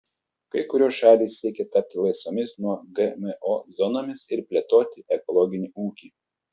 kai kurios šalys siekia tapti laisvomis nuo gmo zonomis ir plėtoti ekologinį ūkį